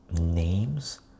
names